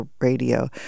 radio